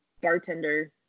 bartender